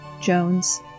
Jones